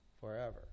forever